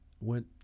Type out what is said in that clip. Went